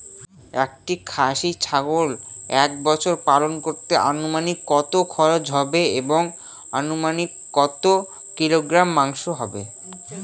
একটি খাসি ছাগল এক বছর পালন করতে অনুমানিক কত খরচ হবে এবং অনুমানিক কত কিলোগ্রাম মাংস হবে?